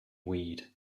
weed